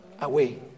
away